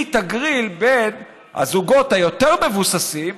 היא תגריל בין הזוגות היותר-מבוססים,